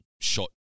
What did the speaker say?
shot